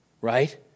right